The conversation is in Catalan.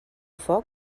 foc